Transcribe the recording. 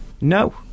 no